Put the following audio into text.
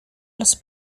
los